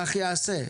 כך ייעשה.